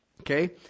Okay